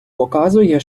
показує